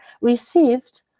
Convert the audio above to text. received